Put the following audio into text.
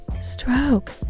stroke